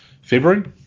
February